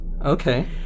Okay